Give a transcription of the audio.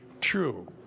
true